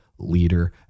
leader